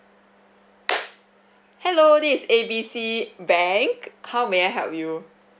hello this is A B C bank how may I help you